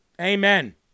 Amen